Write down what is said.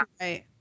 right